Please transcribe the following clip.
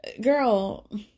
girl